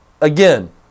again